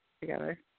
together